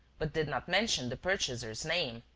but did not mention the purchaser's name.